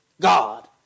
God